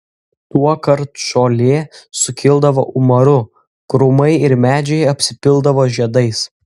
tuokart žolė sukildavo umaru krūmai ir medžiai apsipildavo žiedais